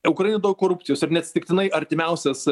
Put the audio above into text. ukrainoj daug korupcijos ir neatsitiktinai artimiausias